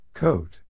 Coat